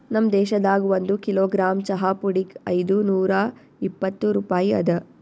ನಮ್ ದೇಶದಾಗ್ ಒಂದು ಕಿಲೋಗ್ರಾಮ್ ಚಹಾ ಪುಡಿಗ್ ಐದು ನೂರಾ ಇಪ್ಪತ್ತು ರೂಪಾಯಿ ಅದಾ